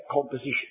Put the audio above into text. composition